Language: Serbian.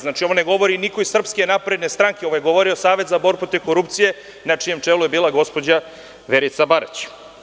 Znači, ovo ne govori niko iz Srpske napredne stranke, ovo je govorio Savet za borbu protiv korupcije, na čijem čelu je bila gospođa Verica Barać.